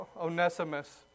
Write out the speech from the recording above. Onesimus